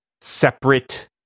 separate